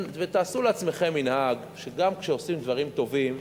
ותעשו לעצמכם מנהג שגם כשעושים דברים טובים,